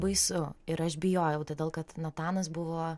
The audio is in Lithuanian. baisu ir aš bijojau todėl kad natanas buvo